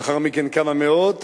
לאחר מכן כמה מאות.